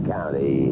County